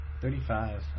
Thirty-five